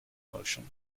motion